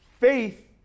Faith